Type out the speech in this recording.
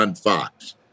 Fox